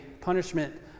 punishment